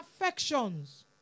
affections